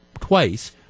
twice